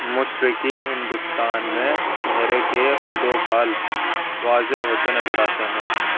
مشرقی ہندوستان میں چہرے کے خدوخال واضح ہوتے نظر آتے ہیں